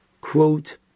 quote